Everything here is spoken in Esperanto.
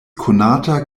konata